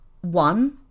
One